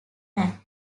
back